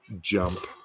jump